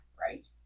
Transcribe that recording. right